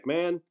Man